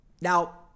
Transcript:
now